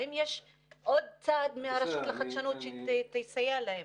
האם יש עוד צעד מהרשות לחדשנות שיסייע להם?